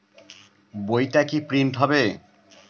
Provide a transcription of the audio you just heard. বইটা কি প্রিন্ট হবে?